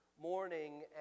morning